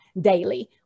daily